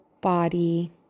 body